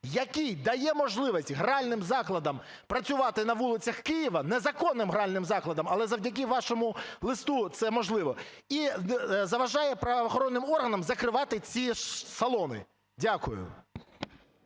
який дає можливість гральним закладам працювати на вулицях Києва, незаконним гральним закладам, але завдяки вашому листу це можливо. І заважає правоохоронним органам закривати ці салони. Дякую.